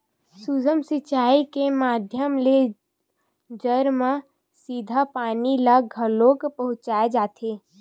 सूक्ष्म सिचई के माधियम ले जर म सीधा पानी ल घलोक पहुँचाय जाथे